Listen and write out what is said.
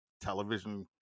television